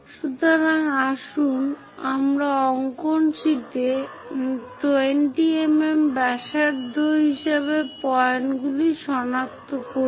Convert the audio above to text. সুতরাং আসুন আমরা অঙ্কন শীটে 20 mm ব্যাসার্ধ হিসাবে পয়েন্টগুলি সনাক্ত করি